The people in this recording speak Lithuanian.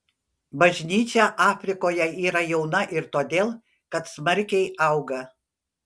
bažnyčia afrikoje yra jauna ir todėl kad smarkiai auga